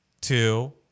two